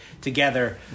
together